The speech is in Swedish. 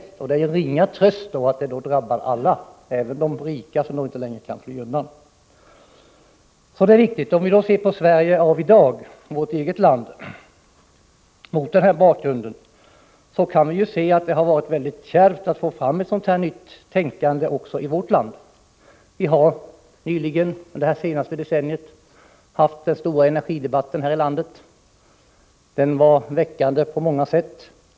Det är då en ringa tröst att katastrofen drabbar alla, även de rika. Inte heller de kan då längre fly undan. Dessa frågor är således viktiga. Om vi mot den bakgrunden ser på Sveriges situation i dag, kan vi konstatera att det varit mycket kärvt när det gällt att åstadkomma ett nytänkande. Vi har nyligen — närmare bestämt under det senaste decenniet — haft en stor energidebatt, som var väckande på många sätt.